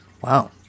Wow